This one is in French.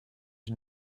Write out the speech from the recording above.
une